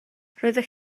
roeddech